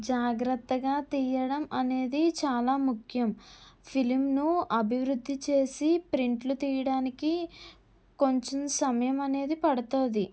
జాగ్రత్తగా తీయడం అనేది చాలా ముఖ్యం ఫిలింను అభివృద్ధి చేసి ప్రింట్లు తీయడానికి కొంచెం సమయం అనేది పడుతుంది